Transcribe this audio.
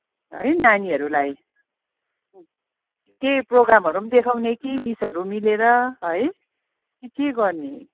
है नानीहरूलाई केही प्रोग्रामहरू पनि देखाउने कि मिसहरू मिलेर है कि के गर्ने